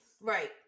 Right